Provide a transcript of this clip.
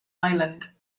island